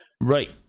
Right